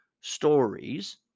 stories